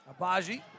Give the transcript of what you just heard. Abaji